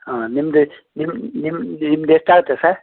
ಹಾಂ ನಿಮ್ದು ಎಷ್ಟ್ ನಿಮ್ಮ ನಿಮ್ಮ ನಿಮ್ದು ಎಷ್ಟಾಗುತ್ತೆ ಸರ್